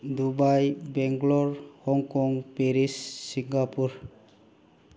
Dubai Bangalore Hong Kong Paris Singapore